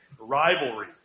rivalry